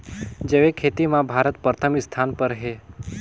जैविक खेती म भारत प्रथम स्थान पर हे